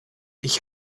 ich